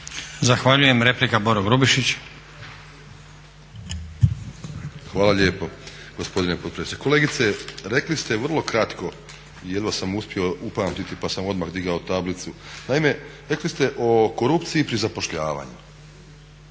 **Grubišić, Boro (HDSSB)** Hvala lijepo gospodine potpredsjedniče. Kolegice rekli ste vrlo kratko, jedva sam uspio upamtiti pa sam odmah digao tablicu. Naime, rekli ste o korupciji pri zapošljavanju,